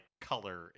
color